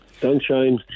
Sunshine